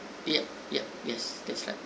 yup yup yes that's right